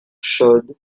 chaudes